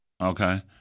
okay